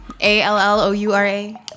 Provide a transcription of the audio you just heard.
A-L-L-O-U-R-A